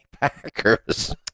Packers